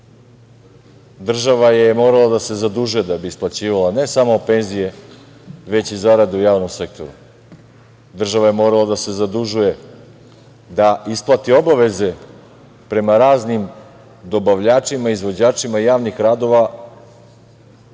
Država je morala da se zadužuje da bi isplaćivala ne samo penzije, već i zarade u javnom sektoru. Država je morala da se zadužuje da isplati obaveze prema raznim dobavljačima i izvođačima javnih radova